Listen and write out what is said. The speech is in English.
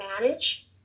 manage